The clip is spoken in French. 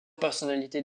personnalités